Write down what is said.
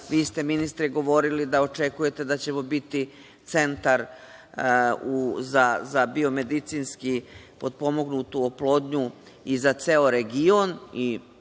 Vi ste, ministre, govorili da očekujete da ćemo biti centar za biomedicinski potpomognutu oplodnju za ceo region,